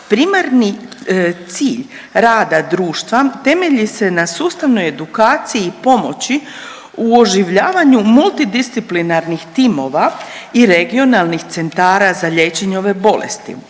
primarni cilj rada društva temelji se na sustavnoj edukaciji i pomoći u oživljavanju multidisciplinarnih timova i regionalnih centara za liječenje ove bolesti.